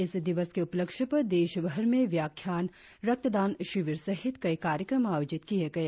इस दिवस के उपलक्ष्य पर देशभर में व्याख्यान रक्तदान शीविर सहित कई कार्यक्रम आयोजित किए गए